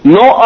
no